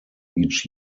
each